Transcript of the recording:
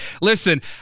Listen